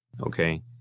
okay